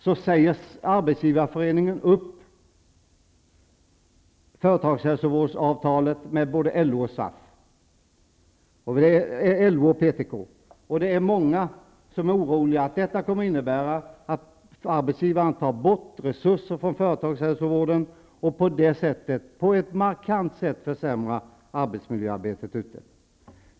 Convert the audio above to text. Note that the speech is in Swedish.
Många är oroliga för att detta kommer att innebära att arbetsgivaren tar bort resurser från företagshälsovården och på ett markant sätt försämrar arbetsmiljöarbetet ute på arbetsplatserna.